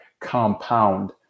compound